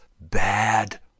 bad